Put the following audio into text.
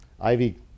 Ivy